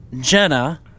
Jenna